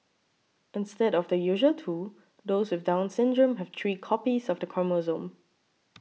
instead of the usual two those with Down Syndrome have three copies of the chromosome